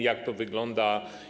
Jak to wygląda?